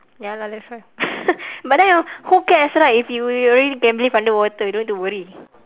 ya lah that's why but then who cares right if you you already can breath underwater you don't need to worry